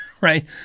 Right